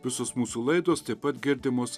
visos mūsų laidos taip pat girdimos